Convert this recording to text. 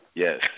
Yes